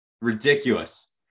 Ridiculous